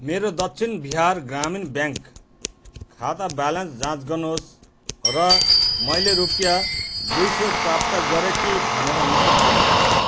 मेरो दक्षिण बिहार ग्रामीण ब्याङ्क खाता ब्यालेन्स जाँच गर्नुहोस् र मैले रुपियाँ दुई सौ प्राप्त गरेँ कि भनेर निश्चित गर्नुहोस्